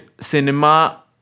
cinema